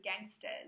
Gangsters